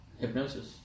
hypnosis